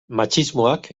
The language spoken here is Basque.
matxismoak